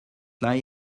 lie